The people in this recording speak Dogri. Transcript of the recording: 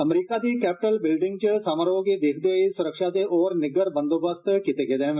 अमरीका दी कैपिटल बिल्डिंग च समारोह गी दिक्खदे होई सुरक्षा दे होर निग्गर बंदोबस्त कीते गेदे न